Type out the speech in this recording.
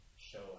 show